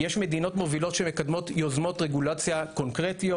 יש מדינות מובילות שמקדמות יוזמות רגולציה קונקרטיות.